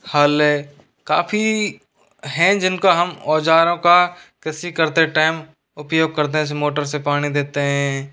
हल है काफ़ी हैं जिनका हम औज़ारों का कृषि करते टाइम उपयोग करते से मोटर से पानी देते हैं